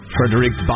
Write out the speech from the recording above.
Frederick